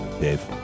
Dave